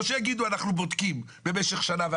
שיגידו: אנחנו בודקים במשך שנה או שנתיים,